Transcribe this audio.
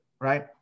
right